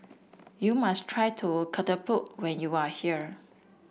you must try to Ketupat when you are here